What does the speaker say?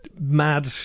mad